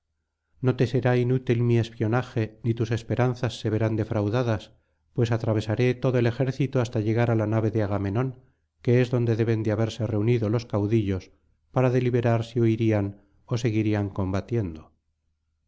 no te será inútil mi espionaje ni tus esperanzas se verán defraudadas pues atravesaré todo el ejército hasta llegar á la nave de agamenón que es donde deben de haberse reunido los caudillos para deliberar si huirán ó seguirán combatiendo